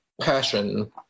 passion